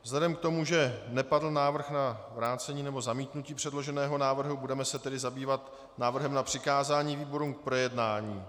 Vzhledem k tomu, že nepadl návrh na vrácení nebo zamítnutí předloženého návrhu, budeme se tedy zabývat návrhem na přikázání výborům k projednání.